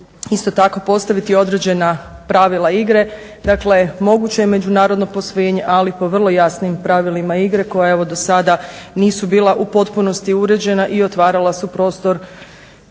isto tako postaviti određena pravila igre. Dakle, moguće je međunarodno posvojenje, ali po vrlo jasnim pravilima igre koja evo do sada nisu bila u potpunosti uređena i otvarala su prostor